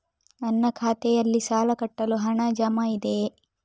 ನನ್ನ ಖಾತೆಯಲ್ಲಿ ಸಾಲ ಕಟ್ಟಲು ಹಣ ಜಮಾ ಇದೆಯೇ?